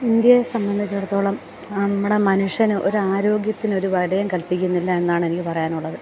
ഇന്ത്യയെ സംബന്ധിച്ചിടത്തോളം നമ്മുടെ മനുഷ്യന് ഒരു ആരോഗ്യത്തിനൊരു വിലയും കല്പിക്കുന്നില്ല എന്നാണ് എനിക്ക് പറയാനുള്ളത്